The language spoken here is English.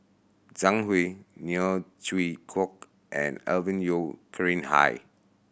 Zhang Hui Neo Chwee Kok and Alvin Yeo Khirn Hai